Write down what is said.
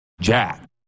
Jack